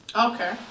Okay